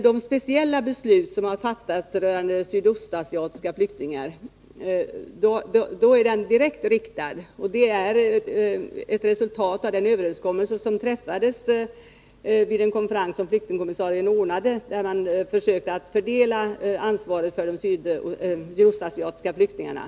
De speciella beslut som vi har fattat rörande sydostasiatiska flyktingar är resultat av den överenskommelse som träffats vid en konferens som flyktingkommissarien ordnat, där han försökte fördela ansvaret för de sydostasiatiska flyktingarna.